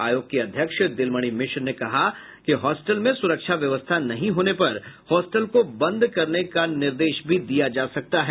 आयोग की अध्यक्ष दिलमणि मिश्र ने कहा कि होस्टल में सुरक्षा व्यवस्था नहीं होने पर होस्टल को बंद करने का निर्देश भी दिया जा सकता है